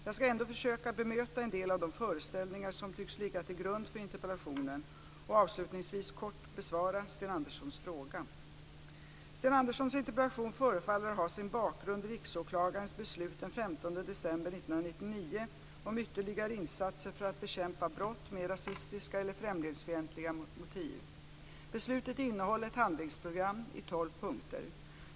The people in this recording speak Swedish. Jag ska ändå försöka bemöta en del av de föreställningar som tycks ligga till grund för interpellationen och avslutningsvis kort besvara Sten Anderssons fråga. Sten Anderssons interpellation förefaller ha sin bakgrund i Riksåklagarens beslut den 15 december 1999 om ytterligare insatser för att bekämpa brott med rasistiska eller främlingsfientliga motiv. Beslutet innehåller ett handlingsprogram i tolv punkter.